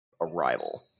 arrival